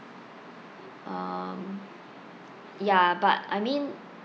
um ya but I mean